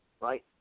Right